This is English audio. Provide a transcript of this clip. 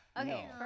Okay